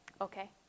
Okay